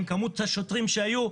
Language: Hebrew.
עם כמות השוטרים שהייתה,